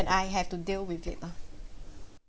when I have to deal with it lah